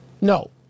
No